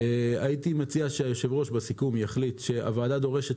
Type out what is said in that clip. אני מציע שהיושב-ראש יחליט בסיכום שהוועדה דורשת